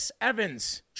Evans